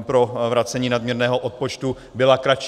pro vracení nadměrného odpočtu byla kratší.